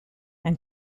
and